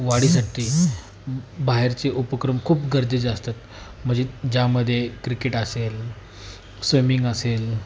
वाढी साठी बाहेरचे उपक्रम खूप गरजेचे असतात म्हणजे ज्यामध्ये क्रिकेट असेल स्विमिंग असेल